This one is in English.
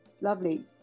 Lovely